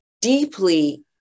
deeply